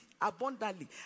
abundantly